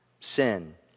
Sin